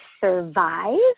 survive